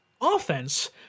offense